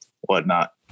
whatnot